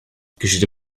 geschieht